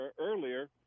earlier